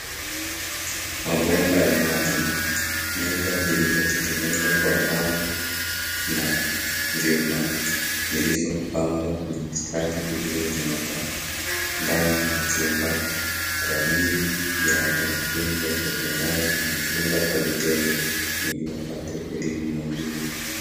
Mabomba ya maji, meza zilizotengenezwa kwa mbao na vyuma zilizopangwa kwa mistari iliyonyooka ndani ya chumba, kwa ajili ya wanafunzi wa sekondari kujifunza kwa vitendo ili wapate elimu na ujuzi.